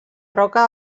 roca